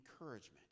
encouragement